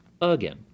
again